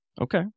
Okay